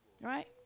right